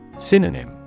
Synonym